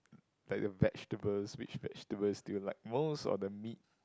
like the vegetables which vegetables do you like most or the meat